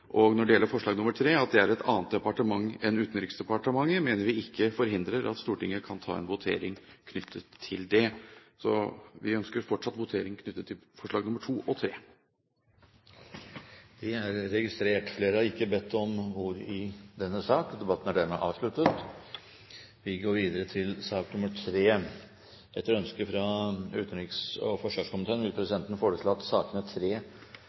det. Når det gjelder forslag nr. 3, og at det gjelder et annet departement enn Utenriksdepartementet, mener vi det ikke forhindrer at Stortinget kan ta en votering knyttet til det. Så vi ønsker fortsatt votering knyttet til forslagene nr. 2 og 3. Det er registrert. Flere har ikke bedt om ordet til sak nr. 2. Etter ønske fra utenriks- og forsvarskomiteen vil presidenten foreslå at sakene